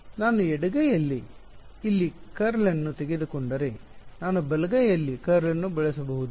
ನಾನು ಎಡಗೈಯಲ್ಲಿ ಇಲ್ಲಿ ಕರ್ಲ್ ನ್ನು ತೆಗೆದುಕೊಂಡರೆ ನಾನು ಬಲಗೈಯಲ್ಲಿ ಕರ್ಲ್ ನ್ನು ಬಳಸಬಹುದೇ